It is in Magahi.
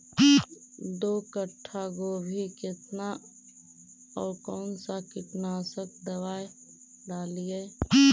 दो कट्ठा गोभी केतना और कौन सा कीटनाशक दवाई डालिए?